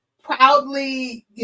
proudly